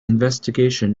investigation